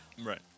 Right